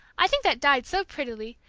i think that dyed so prettily,